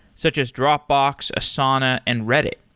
such as dropbox, asana and reddit.